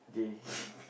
okay